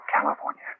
California